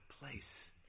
place